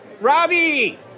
Robbie